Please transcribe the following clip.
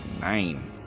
Nine